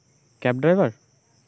cab driver